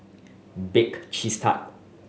Bake Cheese Tart